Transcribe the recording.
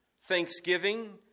thanksgiving